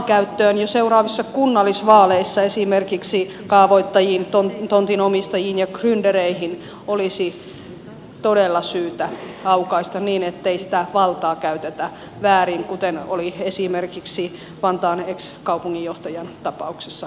aivan samoin kytkökset maankäyttöön esimerkiksi kaavoittajiin tontinomistajiin ja gryndereihin olisi jo seuraavissa kunnallisvaaleissa todella syytä aukaista niin ettei sitä valtaa käytetä väärin kuten oli esimerkiksi vantaan ex kaupunginjohtajan tapauksessa käynyt